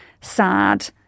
sad